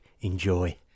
enjoy